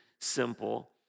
simple